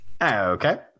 Okay